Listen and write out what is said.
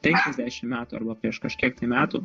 penkiasdešimt metų arba prieš kažkiek tai metų